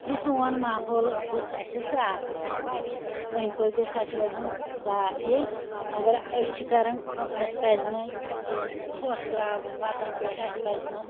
یہِ سون ماحول گوٚژھ اسہِ صاف روزُن أندۍ پٔکۍ گوٚژھ اسہِ روزُن صاف یہِ مگر أسۍ چھِ کران کٲم اسہِ پَزِ نہ یہِ ژھوٚٹ تراوُن وَتَن پیٚٹھ اسہِ پَزِ نہٕ